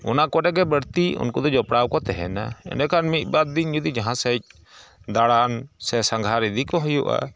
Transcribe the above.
ᱚᱱᱟ ᱠᱚᱨᱮᱜᱮ ᱵᱟᱹᱲᱛᱤ ᱩᱱᱠᱚᱫᱚ ᱡᱚᱯᱲᱟᱣᱠᱚ ᱛᱮᱦᱮᱱᱟ ᱤᱱᱟᱹᱠᱷᱟᱱ ᱢᱤᱫᱵᱟᱨ ᱫᱤᱱ ᱡᱩᱫᱤ ᱡᱟᱦᱟᱸᱥᱮᱫ ᱫᱟᱬᱟᱱ ᱥᱮ ᱥᱟᱸᱜᱷᱟᱨ ᱤᱫᱤᱠᱚ ᱦᱩᱭᱩᱜᱼᱟ